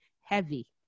heavy